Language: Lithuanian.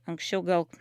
anksčiau gal